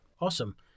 Awesome